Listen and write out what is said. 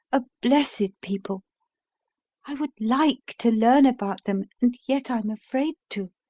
a blessed people i would like to learn about them and yet i'm afraid to.